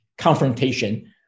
confrontation